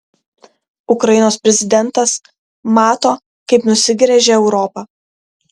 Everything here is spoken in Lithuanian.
ukrainos prezidentas mato kaip nusigręžia europa